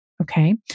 Okay